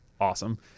awesome